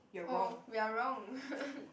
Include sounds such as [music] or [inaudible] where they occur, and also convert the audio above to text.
oh we are wrong [laughs]